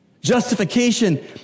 Justification